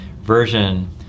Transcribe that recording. version